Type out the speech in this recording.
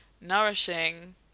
nourishing